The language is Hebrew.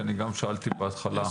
גם שאלתי בהתחלה.